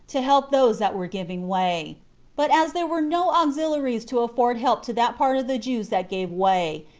to help those that were giving way but as there were no auxiliaries to afford help to that part of the jews that gave way,